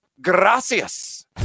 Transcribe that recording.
Gracias